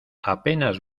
apenas